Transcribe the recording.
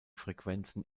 frequenzen